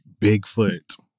Bigfoot